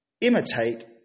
imitate